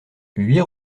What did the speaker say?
huit